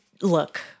Look